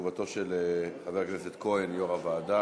תשובתו של חבר הכנסת כהן, יו"ר הוועדה,